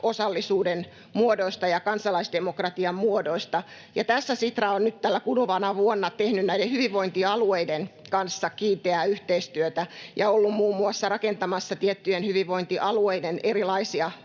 osallisuuden muodoista ja kansalaisdemokratian muodoista. Tässä Sitra on nyt tänä kuluvana vuonna tehnyt näiden hyvinvointialueiden kanssa kiinteää yhteistyötä ja ollut muun muassa rakentamassa tiettyjen hyvinvointialueiden erilaisia